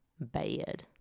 Bad